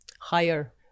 higher